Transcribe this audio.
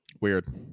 weird